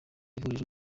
ihumure